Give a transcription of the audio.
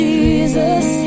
Jesus